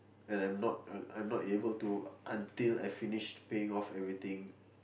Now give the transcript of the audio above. and I'm not I'm I'm not able to until I finished paying off everything